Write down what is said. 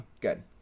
Good